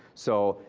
so,